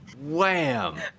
Wham